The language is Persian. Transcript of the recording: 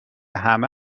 همه